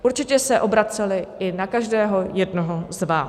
Určitě se obraceli i na každého jednoho z vás.